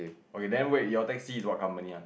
okay then wait your taxi is what company one